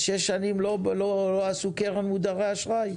אז שש שנים לא עשו קרן מודרי אשראי.